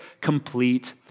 complete